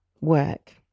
work